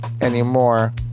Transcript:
anymore